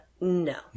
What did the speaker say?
no